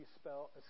spell